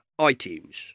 itunes